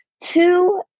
Two